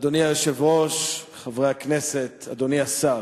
אדוני היושב-ראש, חברי הכנסת, אדוני השר,